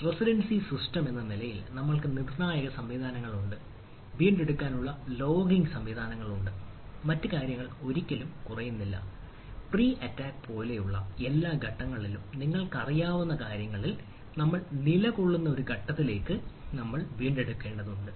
redundancy സിസ്റ്റമെന്ന പോലുള്ള എല്ലാ ഘട്ടങ്ങളിലും നിങ്ങൾക്കറിയാവുന്ന കാര്യങ്ങളിൽ നമ്മൾ നിലകൊള്ളുന്ന ഒരു ഘട്ടത്തിലേക്ക് നമ്മൾ വീണ്ടെടുക്കേണ്ടതുണ്ട്